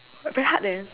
but very hard eh